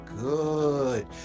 good